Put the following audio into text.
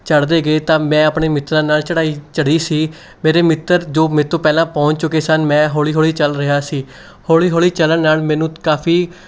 ਚੜ੍ਹਦੇੇ ਗਏ ਤਾਂ ਮੈਂ ਆਪਣੇ ਮਿੱਤਰਾਂ ਨਾਲ ਚੜ੍ਹਾਈ ਚੜ੍ਹੀ ਸੀ ਮੇਰੇ ਮਿੱਤਰ ਜੋ ਮੇਰੇ ਤੋਂ ਪਹਿਲਾਂ ਪਹੁੰਚ ਚੁੱਕੇ ਸਨ ਮੈਂ ਹੌਲ਼ੀ ਹੌਲ਼ੀ ਚੱਲ ਰਿਹਾ ਸੀ ਹੌਲ਼ੀ ਹੌਲ਼ੀ ਚੱਲਣ ਨਾਲ ਮੈਨੂੰ ਕਾਫੀ